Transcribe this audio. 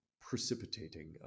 precipitating